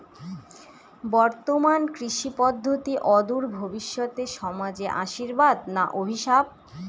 বর্তমান কৃষি পদ্ধতি অদূর ভবিষ্যতে সমাজে আশীর্বাদ না অভিশাপ?